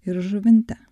ir žuvinte